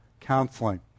counseling